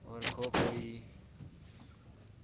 और खो खो होई गेई